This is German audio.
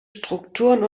strukturen